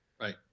Right